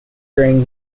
during